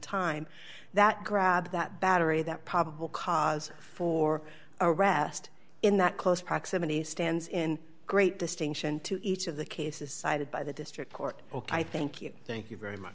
time that grab that battery that probable cause for arrest in that close proximity stands in great distinction to each of the cases cited by the district court ok i thank you thank you very much